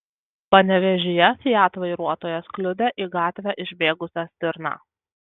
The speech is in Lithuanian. panevėžyje fiat vairuotojas kliudė į gatvę išbėgusią stirną